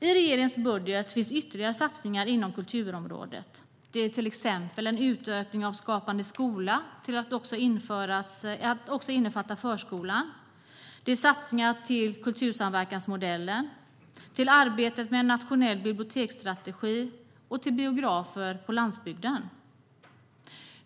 I regeringens budget finns ytterligare satsningar inom kulturområdet, till exempel en utökning av Skapande skola till att också innefatta förskolan. Det är satsningar till kultursamverkansmodellen, till arbetet med en nationell biblioteksstrategi och till biografer på landsbygden.